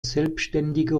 selbstständige